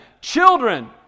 children